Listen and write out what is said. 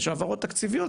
יש העברות תקציביות.